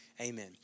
Amen